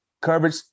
Coverage